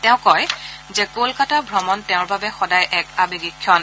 তেওঁ কয় যে কলকাতা ভ্ৰমণ তেওঁৰ বাবে সদায় এক আৱেগিক ক্ষণ